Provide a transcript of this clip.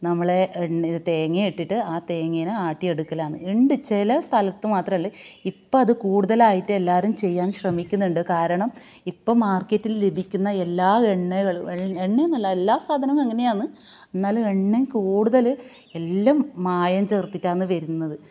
നമ്മളെ എണ്ണ തേങ്ങേം ഇട്ടിട്ട് ആ തേങ്ങേനെ ആട്ടിയെടുക്കലാന്നു ഉണ്ട് ചില സ്ഥലത്ത് മാത്രവുള്ളൂ ഇപ്പോൾ അത് കൂടുതലായിട്ട് എല്ലാവരും ചെയ്യാന് ശ്രമിക്കുന്നുണ്ട് കാരണം ഇപ്പൊൾ മാര്ക്കെറ്റില് ലഭിക്കുന്ന എല്ലാ എണ്ണകളും എണ്ണന്നല്ല എല്ലാ സാധനങ്ങളും അങ്ങിനെയാന്നു എന്നാല് എണ്ണ കൂടുതൽ എല്ലാം മായം ചേര്ത്തിട്ടാന്നു വരുന്നത്